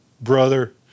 brother